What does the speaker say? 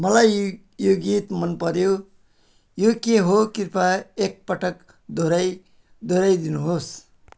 मलाई यो गीत मनपऱ्यो यो के हो कृपया एकपटक दोहोर्याई दोहोऱ्याई दिनुहोस्